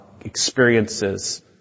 experiences